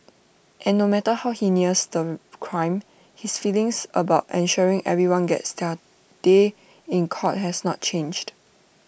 and no matter how heinous the crime his feelings about ensuring everyone gets their day in court has not changed